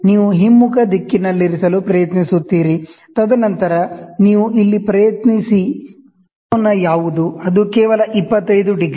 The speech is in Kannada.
ನೀವು ಹಿಮ್ಮುಖ ದಿಕ್ಕಿನಲ್ಲಿರಿಸಲು ಪ್ರಯತ್ನಿಸುತ್ತೀರಿ ತದನಂತರ ನೀವು ಇಲ್ಲಿ ಪ್ರಯತ್ನಿಸಿದ ಆಂಗಲ್ ಯಾವುದು ಅದು ಕೇವಲ 25 ಡಿಗ್ರಿ